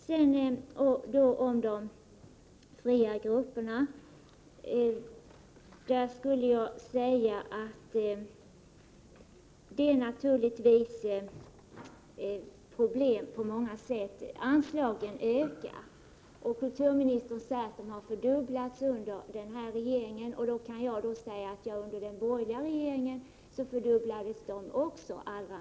Sedan beträffande de fria grupperna: Anslagen ökar, och kulturministern säger att de har fördubblats under den här regeringen. Då kan jag säga att anslagen under den borgerliga regeringsperioden minst fördubblades också.